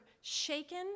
shaken